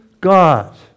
God